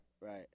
Right